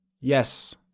Yes